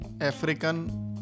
African